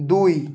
দুই